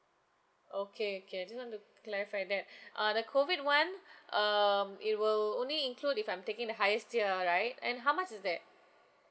okay okay I just want to clarify that uh the COVID [one] um it will only include if I'm taking the highest tier right and how much is that